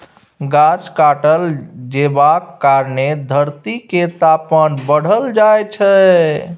गाछ काटल जेबाक कारणेँ धरती केर तापमान बढ़ल जाइ छै